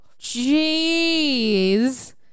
Jeez